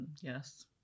Yes